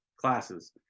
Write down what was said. classes